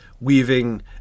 weaving